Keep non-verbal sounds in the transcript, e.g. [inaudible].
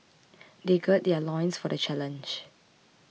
[noise] they gird their loins for the challenge